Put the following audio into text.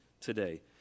today